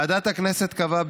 ועדת הכנסת קבעה,